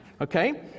Okay